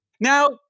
Now